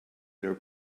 their